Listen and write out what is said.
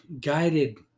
guided